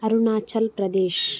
Arunachal Pradesh